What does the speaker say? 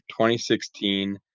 2016